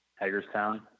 Hagerstown